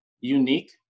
unique